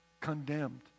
condemned